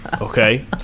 okay